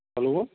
hello